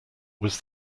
was